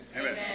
amen